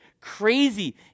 crazy